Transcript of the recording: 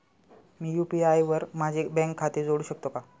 मी UPI वर माझे bank खाते जोडू शकतो का?